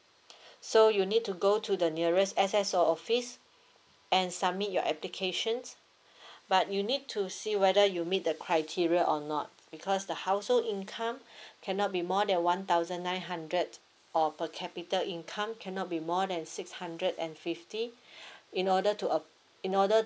so you need to go to the nearest S_S_O office and submit your applications but you need to see whether you meet the criteria or not because the household income cannot be more than one thousand nine hundred or per capita income cannot be more than six hundred and fifty in order to uh in order